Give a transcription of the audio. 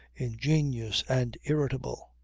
ingenious and irritable.